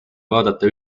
vaadata